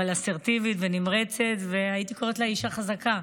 אבל אסרטיבית ונמרצת, והייתי קוראת לה אישה חזקה.